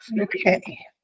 Okay